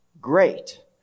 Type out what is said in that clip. Great